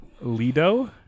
Lido